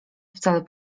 wcale